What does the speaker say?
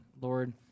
Lord